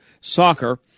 soccer